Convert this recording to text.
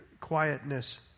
quietness